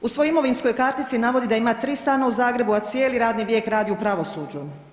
U svojoj imovinskoj kartici navodi da ima 3 stana u Zagrebu, a cijeli radni vijek radi u pravosuđu.